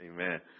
Amen